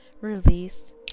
release